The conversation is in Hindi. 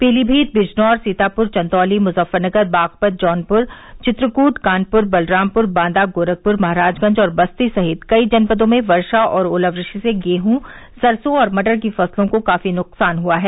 पीलीमीत बिजनौर सीतापूर चंदौली मुजफ्फरनगर बागपत जौनपूर चित्रकूट कानपूर बलरामपूर बांदा गोरखपूर महराजगंज और बस्ती सहित कई जनपदों में वर्षा और ओलावृष्टि से गेहूं सरसों और मटर की फसलों को काफी नुकसान हुआ है